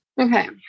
Okay